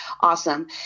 Awesome